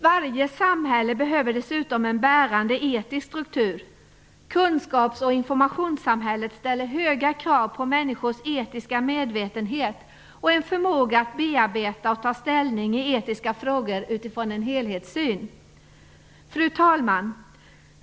Varje samhälle behöver dessutom en bärande etisk struktur. Kunskaps och informationssamhället ställer höga krav på människors etiska medvetenhet och en förmåga att bearbeta och ta ställning i etiska frågor utifrån en helhetssyn." Fru talman!